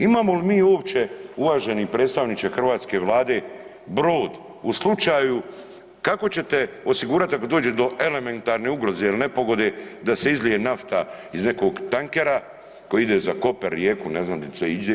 Imamo li mi uopće uvaženi predstavniče hrvatske Vlade brod u slučaju kako ćete osigurati ako dođe do elementarne ugroze ili nepogode da se izlije nafta iz nekog tankera koji ide za Koper, Rijeku, ne znam di se ide.